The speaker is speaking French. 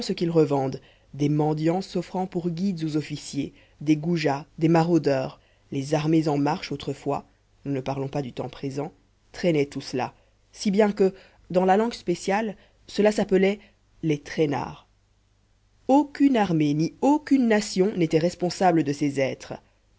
qu'ils revendent des mendiants s'offrant pour guides aux officiers des goujats des maraudeurs les armées en marche autrefois nous ne parlons pas du temps présent traînaient tout cela si bien que dans la langue spéciale cela s'appelait les traînards aucune armée ni aucune nation n'étaient responsables de ces êtres